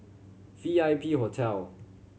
V I P Hotel